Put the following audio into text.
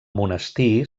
monestir